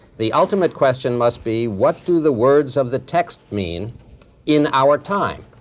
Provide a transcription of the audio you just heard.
the ultimate question must be what do the words of the text mean in our time?